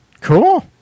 Cool